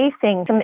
facing